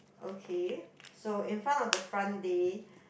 okay so in front of the front day